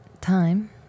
time